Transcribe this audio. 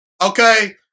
Okay